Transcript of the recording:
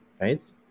right